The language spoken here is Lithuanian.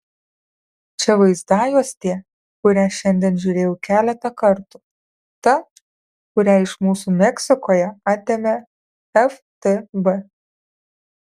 čia vaizdajuostė kurią šiandien žiūrėjau keletą kartų ta kurią iš mūsų meksikoje atėmė ftb